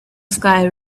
sky